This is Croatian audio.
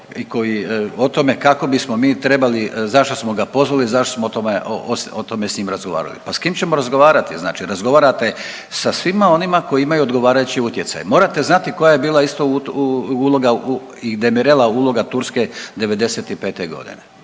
o tome kako bismo mi trebali zašto smo ga pozvali, zašto smo o tome, o tome s njim razgovarali. Pa s kim ćemo razgovarati? Znači razgovarate sa svima onima koji imaju odgovarajući utjecaj. Morate znati koja je bila isto uloga i Demirela uloga Turske '95. godine.